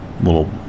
little